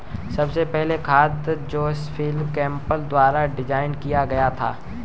सबसे पहला खाद स्प्रेडर जोसेफ केम्प द्वारा डिजाइन किया गया था